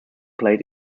played